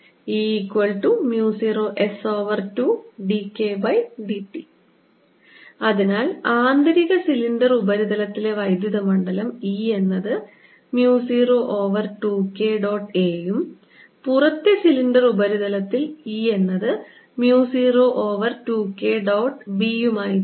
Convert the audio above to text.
E0s2dKdt അതിനാൽ ആന്തരിക cylinder ഉപരിതലത്തിലെ വൈദ്യുത മണ്ഡലം E എന്നത് mu 0 over 2 K dot a ഉം പുറത്തെ സിലിണ്ടർ ഉപരിതലത്തിൽ E എന്നത് mu 0 over 2 K dot b ഉം ആയിരിക്കും